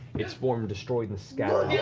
its form destroyed and scattered. yeah